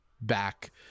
back